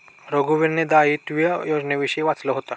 रघुवीरने दायित्व विम्याविषयी वाचलं होतं